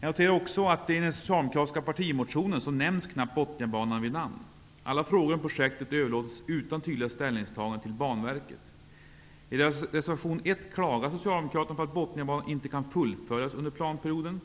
Jag noterar också att i den socialdemokratiska partimotionen nämns knappt Botniabanan vid namn. Alla frågor om projektet överlåts utan tydliga ställningstaganden till Banverket. I Botniabanan inte kan fullföljas under planperioden.